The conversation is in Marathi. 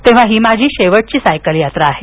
तेव्हा ही माझी शेवटची सायकल यात्रा आहे